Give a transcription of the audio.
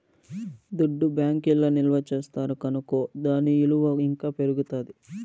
దుడ్డు బ్యాంకీల్ల నిల్వ చేస్తారు కనుకో దాని ఇలువ ఇంకా పెరుగుతాది